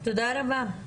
תודה רבה.